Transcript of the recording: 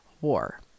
war